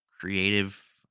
creative